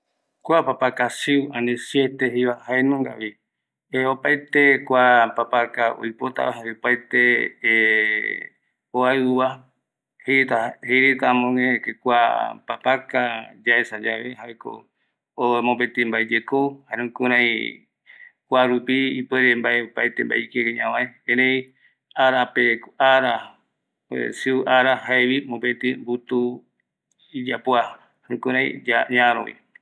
Jare ouyave papaca siu re semandua ye kua arajai pe ko ajata akata ayupavotako ndei ou kua hora vovi ye rojotamako dnei ou hora se ve ye